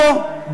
פה,